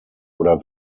oder